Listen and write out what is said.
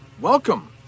welcome